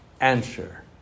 answer